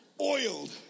oiled